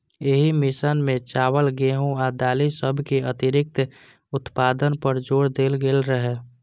एहि मिशन मे चावल, गेहूं आ दालि सभक अतिरिक्त उत्पादन पर जोर देल गेल रहै